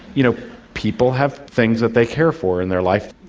you know people have things that they care for in their life.